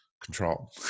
control